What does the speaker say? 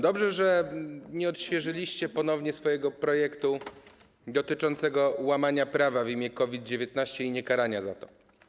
Dobrze, że nie odświeżyliście ponownie swojego projektu dotyczącego łamania prawa w imię walki z COVID-19 i niekarania za to.